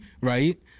right